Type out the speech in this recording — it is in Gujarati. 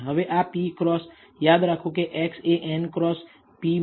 હવે આ p ક્રોસ યાદ રાખો કે X એ n ક્રોસ p મેટ્રિકસ છે